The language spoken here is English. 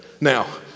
Now